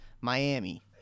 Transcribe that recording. Miami